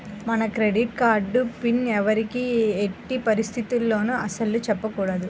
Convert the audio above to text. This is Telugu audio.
మన క్రెడిట్ కార్డు పిన్ ఎవ్వరికీ ఎట్టి పరిస్థితుల్లోనూ అస్సలు చెప్పకూడదు